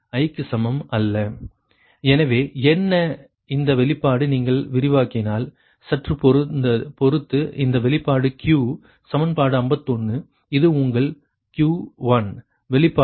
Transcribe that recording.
dQidVi 2ViYiisin ii k1 k≠inVkYkYiksin ik ik எனவே என்ன இந்த வெளிப்பாடு நீங்கள் விரிவாக்கினால் சற்று பொருத்து இந்த வெளிப்பாடு Qi சமன்பாடு 51 இது உங்கள் Q1 வெளிப்பாடு ஆகும் சரியா